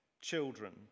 children